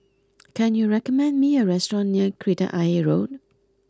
can you recommend me a restaurant near Kreta Ayer Road